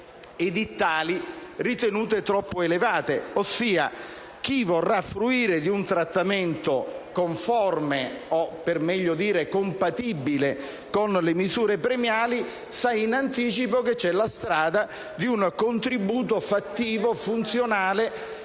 edittali ritenute troppo elevate; ossia chi vorrà fruire di un trattamento conforme, o per meglio dire compatibile con le misure premiali, sa in anticipo che c'è la strada di un contributo fattivo e funzionale